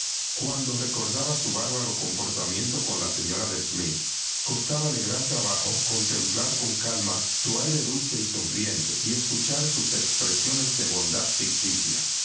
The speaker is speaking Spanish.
cuando recordaba su bárbaro comportamiento con la señora de smith costábale gran trabajo contemplar con calma su aire dulce y sonriente y escuchar sus expresiones de bondad ficticia